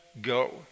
go